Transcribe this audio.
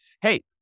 hey